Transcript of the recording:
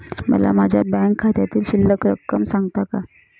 मला माझ्या बँक खात्यातील शिल्लक रक्कम सांगता का?